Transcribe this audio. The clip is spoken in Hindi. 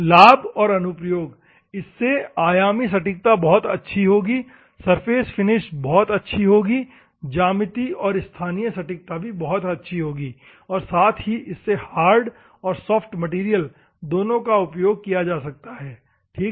लाभ और अनुप्रयोग इससे आयामी सटीकता बहुत अच्छी होगी सरफेस फिनिंश बहुत अच्छी होगी ज्यामिति और स्थानीय सटीकता भी अच्छी होगी और साथ ही इससे हार्ड और सॉफ्ट मैटेरियल दोनों का उपयोग किया जा सकता है ठीक है